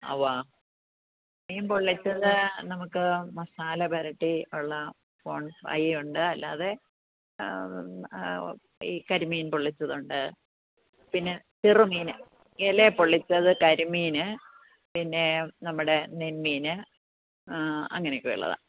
ഉവാ മീൻ പൊള്ളിച്ചത് നമുക്ക് മസാല പെരട്ടിയുള്ള പോൺ ഫ്രൈ ഉണ്ട് അല്ലാതെ ഈ കരിമീൻ പൊള്ളിച്ചതുണ്ട് പിന്നെ ചെറുമീൻ ഇലയെ പൊള്ളിച്ചത് കരിമീൻ പിന്നെ നമ്മുടെ നെയ്മീൻ അങ്ങനെയൊക്കെയുള്ളതാണ്